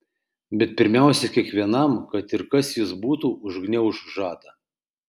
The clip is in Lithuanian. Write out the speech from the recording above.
bet pirmiausia kiekvienam kad ir kas jis būtų užgniauš žadą